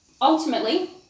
ultimately